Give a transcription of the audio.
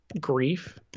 Grief